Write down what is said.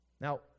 Now